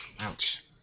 Ouch